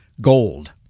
gold